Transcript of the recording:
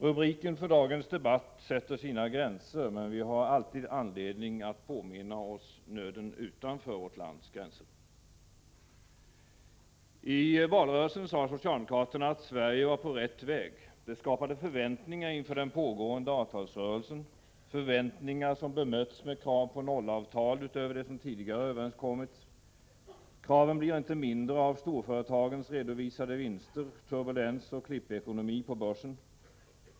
Rubriken för dagens debatt sätter sina gränser, men vi har självfallet alltid anledning att påminna oss den nöd som finns utanför vårt land. I valrörelsen sade socialdemokraterna: ”Sverige är på rätt väg.” Det skapade förväntningar inför den pågående avtalsrörelsen, förväntningar som bemötts med krav på nollavtal utöver det som tidigare överenskommits. Kraven blir inte mindre av storföretagens redovisade vinster, turbulens och klippekonomi på börsen.